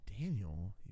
Daniel